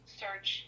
search